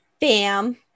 bam